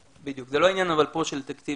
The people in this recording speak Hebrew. בדיוק, זה לא ענין פה של תקציב.